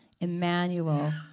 Emmanuel